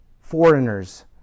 foreigners